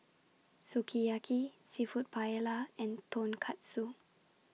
Sukiyaki Seafood Paella and Tonkatsu